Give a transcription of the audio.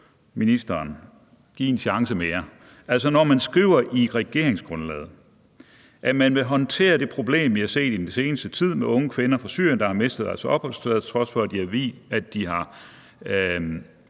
ministeren og give det en chance mere: Når man skriver i regeringsgrundlaget, at man vil håndtere det problem, vi har set den seneste tid, med unge kvinder fra Syrien, der har mistet deres opholdstilladelse, til trods for at de har